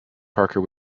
parker